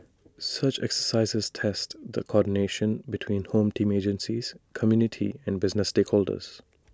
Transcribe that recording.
such exercises test the coordination between home team agencies community and business stakeholders